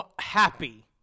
happy